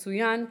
כן.